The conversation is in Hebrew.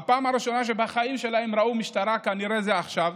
הפעם הראשונה שבחיים שלהם ראו משטרה כנראה זה עכשיו,